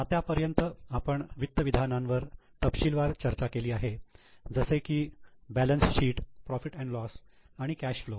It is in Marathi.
आतापर्यंत आपण वित्त विधानांवर तपशीलवार चर्चा केली आहे जसे की balance sheet profit and loss profit loss आणि कॅश फ्लो